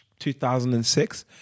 2006